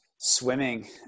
swimming